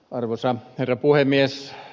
arvoisa herra puhemies